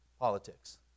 politics